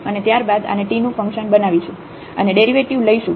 અને ત્યારબાદ આને t નું ફંક્શન બનાવીશું અને ડેરિવેટિવ લઈશું